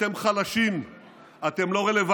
אתם חלשים, אתם לא רלוונטיים.